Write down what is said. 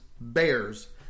bears